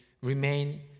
remain